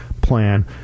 plan